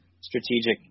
strategic